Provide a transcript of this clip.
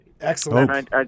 Excellent